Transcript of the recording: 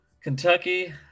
Kentucky